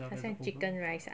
好像 chicken rice ah